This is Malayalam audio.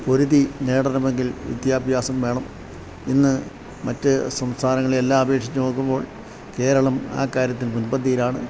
പൊരുതി നേടണം എങ്കിൽ വിദ്യാഭ്യാസം വേണം ഇന്ന് മറ്റ് സംസ്ഥാനങ്ങളെ എല്ലാം അപേക്ഷിച്ച് നോക്കുമ്പോൾ കേരളം ആ കാര്യത്തിൽ മുൻപന്തിയിലാണ്